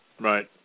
Right